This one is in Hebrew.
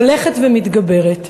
הולכת ומתגברת.